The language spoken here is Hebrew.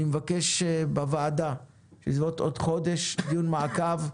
אני מבקש שבעוד חודש ייערך בוועדה דיון מעקב.